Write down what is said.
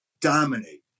dominate